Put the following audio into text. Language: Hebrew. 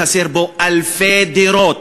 חסרות בו אלפי דירות.